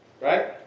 right